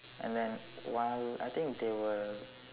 and then while I think they were